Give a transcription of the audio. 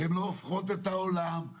לא הופכות את העולם,